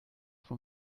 von